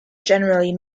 generally